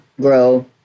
grow